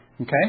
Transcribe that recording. Okay